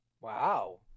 Wow